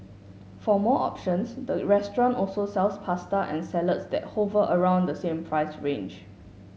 for more options the restaurant also sells pasta and salads that hover around the same price range